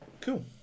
Cool